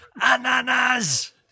ananas